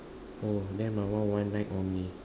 oh then my one one night only